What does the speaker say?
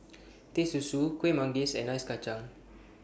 Teh Susu Kuih Manggis and Ice Kachang